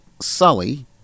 Sully